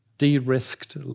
de-risked